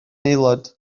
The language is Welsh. aelod